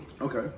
okay